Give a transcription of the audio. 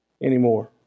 anymore